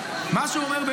ראשית, זה מה שאומר השר.